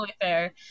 fair